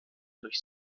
durch